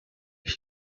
his